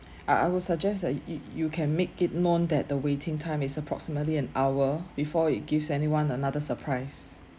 I I would suggest that you you can make it known that the waiting time is approximately an hour before it gives anyone another surprise